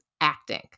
acting